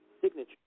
Signature